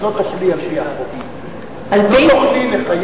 את לא תוכלי על-פי החוק.